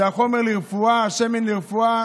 זה החומר לרפואה, שמן לרפואה